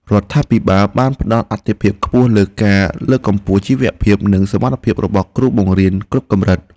រដ្ឋាភិបាលបានផ្តល់អាទិភាពខ្ពស់លើការលើកកម្ពស់ជីវភាពនិងសមត្ថភាពរបស់គ្រូបង្រៀនគ្រប់កម្រិត។